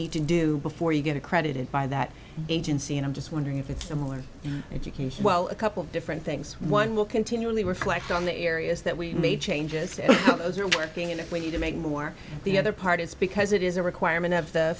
to do before you get accredited by that agency and i'm just wondering if it's similar education well a couple of different things one will continually reflect on the areas that we've made changes to how those are working and if we need to make more the other part is because it is a requirement of the